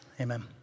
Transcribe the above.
Amen